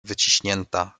wyciśnięta